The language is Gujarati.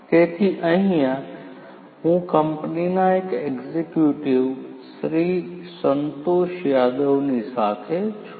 તેથી અહિયાં હું કંપનીના એક એક્ઝિક્યુટિવ શ્રી સંતોષ યાદવની સાથે છું